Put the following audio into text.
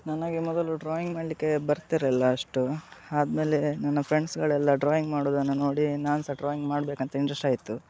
ನನಗೆ ಮೊದಲು ಡ್ರಾಯಿಂಗ್ ಮಾಡಲಿಕ್ಕೆ ಬರ್ತಿರ್ಲಿಲ್ಲ ಅಷ್ಟು ಆದ್ಮೇಲೆ ನನ್ನ ಫ್ರೆಂಡ್ಸ್ಗಳೆಲ್ಲ ಡ್ರಾಯಿಂಗ್ ಮಾಡೋದನ್ನು ನೋಡಿ ನಾನು ಸಹ ಡ್ರಾಯಿಂಗ್ ಮಾಡ್ಬೇಕಂತ ಇಂಟ್ರೆಸ್ಟ್ ಆಯಿತು